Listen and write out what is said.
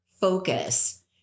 focus